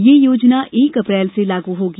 यह योजना एक अप्रेल से लागू होगी